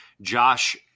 Josh